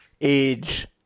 age